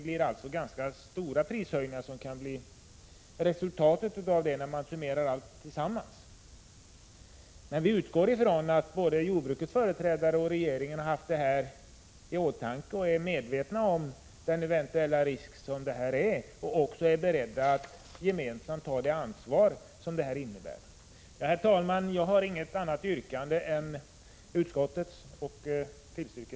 När man summerar allting kan det resultera i stora prishöjningar. Vi utgår från att både jordbrukets företrädare och regeringen haft detta i åtanke och är medvetna om eventuella risker samt är beredda att ta ett gemensamt ansvar. Jag tar inget annat yrkande än utskottets, som jag tillstyrker.